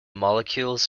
molecules